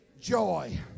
joy